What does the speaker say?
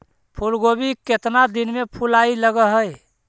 फुलगोभी केतना दिन में फुलाइ लग है?